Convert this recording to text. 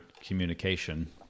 communication